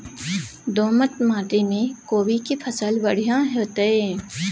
दोमट माटी में कोबी के फसल बढ़ीया होतय?